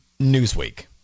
Newsweek